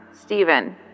Stephen